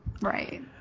right